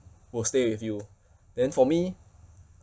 will stay with you then for me